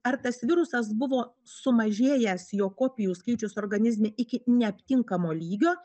ar tas virusas buvo sumažėjęs jo kopijų skaičius organizme iki neaptinkamo lygio